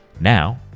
Now